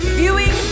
viewing